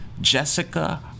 Jessica